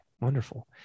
Wonderful